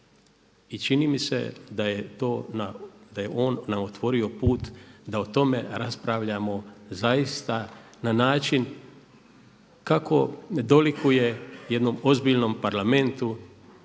I čini mi se da je to, da je on nam otvorio put da o tome raspravljamo zaista na način kako ne dolikuje jednom ozbiljnom parlamentu